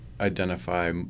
identify